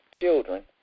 children